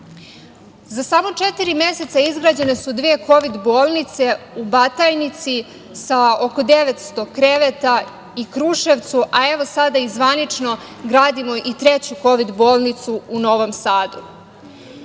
samo četiri meseca izgrađene su dve kovid bolnice u Batajnici, sa oko 900 kreveta, i Kruševcu, a evo sada i zvanično gradimo i treću kovid bolnicu u Novom Sadu. Pored